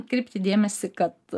atkreipti dėmesį kad